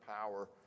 power